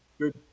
Good